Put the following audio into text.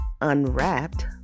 unwrapped